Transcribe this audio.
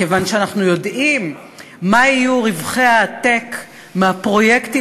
כיוון שאנחנו יודעים מה יהיו רווחי העתק מהפרויקטים